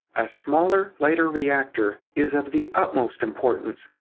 a smaller, lighter reactor is of the utmost importance,